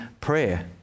prayer